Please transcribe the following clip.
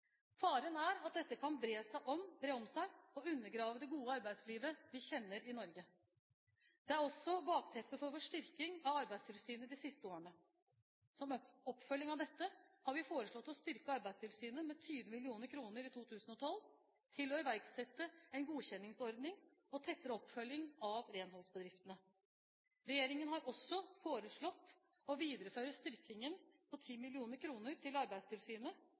Faren er at dette kan bre om seg og undergrave det gode arbeidslivet vi kjenner i Norge. Det er også bakteppet for vår styrking av Arbeidstilsynet de siste årene. Som oppfølging av dette har vi foreslått å styrke Arbeidstilsynet med 20 mill. kr i 2012 til å iverksette en godkjenningsordning og tettere oppfølging av renholdsbedriftene. Regjeringen har også foreslått å videreføre styrkingen på 10 mill. kr til Arbeidstilsynet,